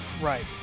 Right